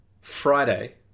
Friday